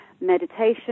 Meditation